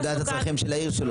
הוא יודע את הצרכים של העיר שלו.